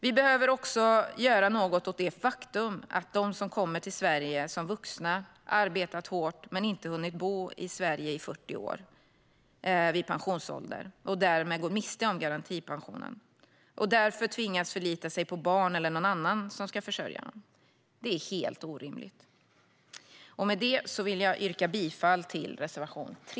Vi behöver också göra något åt det faktum att de som kommer till Sverige som vuxna och har arbetat hårt men inte hunnit bo i Sverige i 40 år när de går i pension därmed går miste om garantipensionen och därför tvingas förlita sig på att barn eller någon annan ska försörja dem. Det är helt orimligt. Med det yrkar jag bifall till reservation 3.